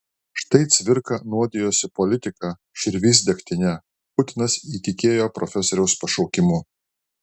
štai cvirka nuodijosi politika širvys degtine putinas įtikėjo profesoriaus pašaukimu